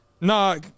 Nah